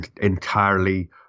entirely